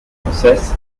frances